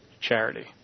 charity